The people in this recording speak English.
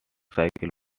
cycle